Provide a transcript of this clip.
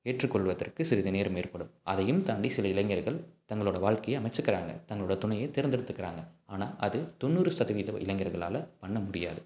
ஏற்றுக்கொள்வதற்கு சிறிது நேரம் ஏற்படும் அதையும் தாண்டி சில இளைஞர்கள் தங்களோட வாழ்க்கைய அமைச்சிக்குறாங்க தங்களோட துணையை தேர்ந்தெடுத்துக்கிறாங்க ஆனால் அது தொண்ணூறு சதவீத இளைஞர்களால் பண்ண முடியாது